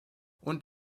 und